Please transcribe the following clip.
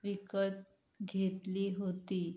विकत घेतली होती